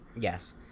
Yes